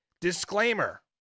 Disclaimer